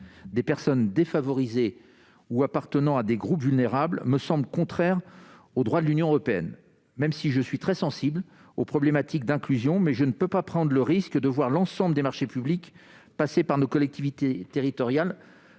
des personnes défavorisées ou appartenant à des groupes vulnérables me semble contraire au droit de l'Union européenne. Je suis très sensible aux problématiques d'inclusion, mais je ne peux pas prendre le risque de voir l'ensemble des marchés publics passés par nos collectivités territoriales